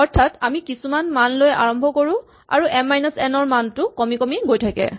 অৰ্থাৎ আমি কিছুমান মান লৈ আৰম্ভ কৰো আৰু এম মাইনাচ এন ৰ মানটো কমি কমি গৈ থাকে